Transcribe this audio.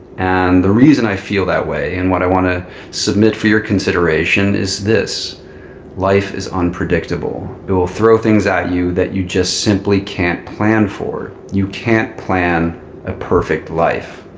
and the reason i feel that way and what i want to submit for your consideration is this life is unpredictable. it will throw things at you that you just simply can't plan for. you can't plan a perfect life.